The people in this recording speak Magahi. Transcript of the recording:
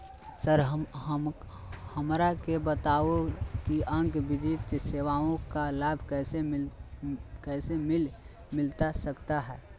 सर हमरा के बताओ कि अन्य वित्तीय सेवाओं का लाभ कैसे हमें मिलता सकता है?